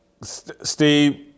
Steve